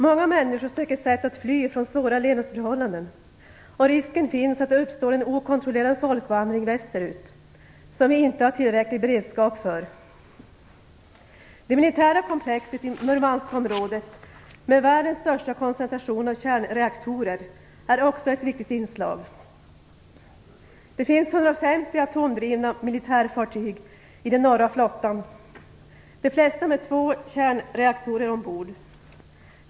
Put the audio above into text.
Många människor söker sätt att fly från svåra levnadsförhållanden och risken finns att det uppstår en okontrollerad folkvandring västerut, som vi inte har tillräcklig beredskap för. Det militära komplexet i Murmanskområdet, med världens största koncentration av kärnreaktorer, är också ett viktigt inslag. Det finns 150 atomdrivna militärfartyg i den norra flottan, de flesta med 2 kärnreaktorer ombord.